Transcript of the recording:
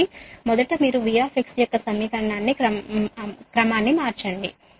కాబట్టి మొదట మీరు V యొక్క సమీకరణాన్ని క్రమాన్ని మార్చండి